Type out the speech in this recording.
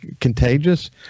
contagious